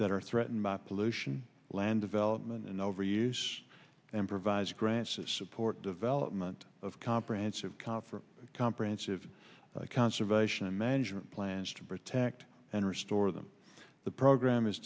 that are threatened by pollution land development and over use and provides grants to support development of comprehensive conference comprehensive conservation and management plans to protect and restore them the program is